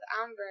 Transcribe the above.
Amber